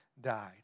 died